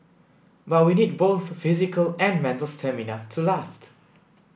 but we need both physical and mental stamina to last